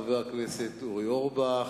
חבר הכנסת אורי אורבך.